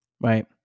Right